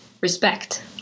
respect